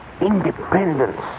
independence